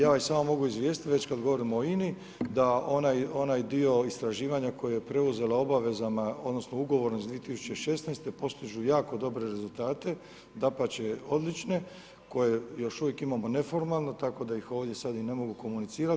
Ja vas samo mogu izvijestiti, već kada govorimo o INA-i, da onaj dio istraživanja, koju je preuzela obavezama, odnosno, ugovorom iz 2016. postižu jako dobre rezultate, dapače odlične, koje još uvijek imamo neformalno, tako da ih ovdje, sada ne mogu komunicirati.